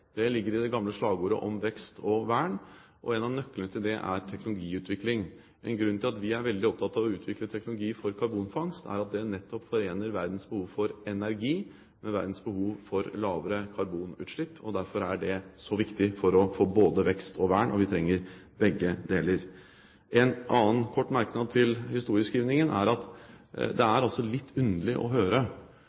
Det ligger i det gamle slagordet om vekst og vern, og en av nøklene til det er teknologiutvikling. En grunn til at vi er veldig opptatt av å utvikle teknologi for karbonfangst, er at det nettopp forener verdens behov for energi med verdens behov for lavere karbonutslipp. Derfor er det så viktig for å få både vekst og vern, og vi trenger begge deler. En annen kort merknad til historieskrivningen er at det er litt underlig å høre